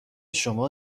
شما